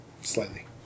Slightly